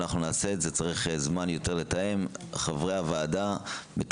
ואנחנו נעשה את זה צריך יותר זמן לתאם חברי הוועדה מתכננים,